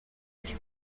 ati